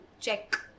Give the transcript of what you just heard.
check